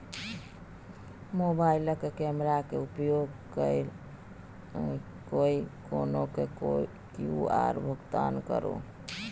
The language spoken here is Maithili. मोबाइलक कैमराक उपयोग कय कए कोनो क्यु.आर भुगतान करू